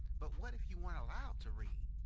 but what if you weren't allowed to read?